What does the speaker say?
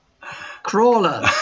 crawler